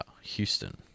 Houston